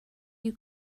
you